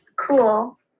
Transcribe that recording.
Cool